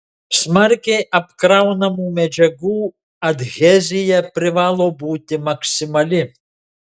smarkiai apkraunamų medžiagų adhezija privalo būti maksimali